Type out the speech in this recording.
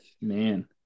Man